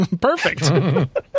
perfect